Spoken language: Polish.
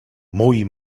mój